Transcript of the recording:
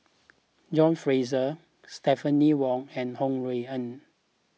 John Fraser Stephanie Wong and Ho Rui An